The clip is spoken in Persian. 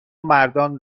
مردان